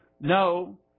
No